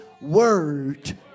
word